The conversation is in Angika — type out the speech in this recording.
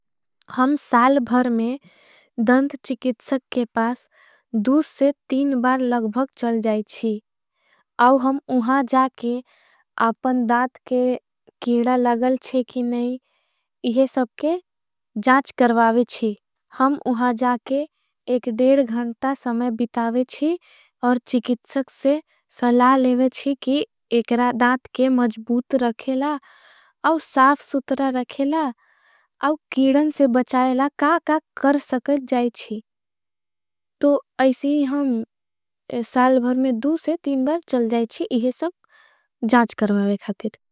हम साल भर में दंध चीकित्सक के पास दूस से तीन बार। लगभक चल जायची आओ हम उहां जाके आपन दाद। के कीड़ा लगल चे की नहीं यह सब के जाच करवावेची। हम उहां जाके एक डेड़ घंटा समय बितावेची और। चीकित्सक से सला लेवेची की एकरा दाद के मजबूत। रखेला और साफ सुत्रा रखेला और कीड़न से बचावेला। का का कर सकत जायची तो ऐसी हम साल भर में। दू से तीन बार चल जायची इहे सब जाच करवावेखा थे।